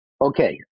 okay